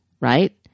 right